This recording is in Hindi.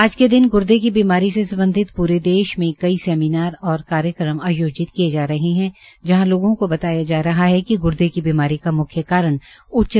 आज के दिन ग्र्दे की बीमारी से सम्बधित पूरे देश मे कई सेमीनार और कार्यक्रम आयोजित किये जा रहे है जहां लोगों को बताया जा रहा है कि ग्र्दे की बीमारी का मुख्य कारण उच्च रक्तचाप और मध्मेह है